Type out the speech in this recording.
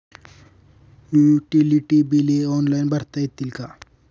Utility बिले online भरता येतील का?